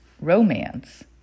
romance